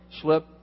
slip